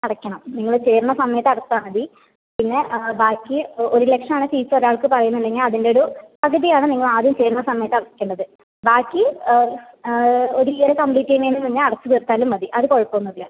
അടയ്ക്കണം നിങ്ങള് ചേരുന്ന സമയത്ത് അടച്ചാ മതി പിന്നെ ബാക്കി ഓ ഒര് ലക്ഷം ആണ് ഫീസ് ഒരാൾക്ക് പറയുന്ന് ഉണ്ടെങ്കിൽ അതിൻ്റ ഒരു പകുതി ആണ് നിങ്ങൾ ആദ്യം ചേരുന്ന സമയത്ത് അടയ്ക്കണ്ടത് ബാക്കി ഒര് ഇയർ കംപ്ലീറ്റ് ചെയ്യുന്നതിന് മുന്നെ അടച്ച് തീർത്താലും മതി അത് കുഴപ്പം ഒന്നും ഇല്ല